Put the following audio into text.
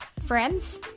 friends